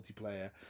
multiplayer